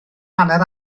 hanner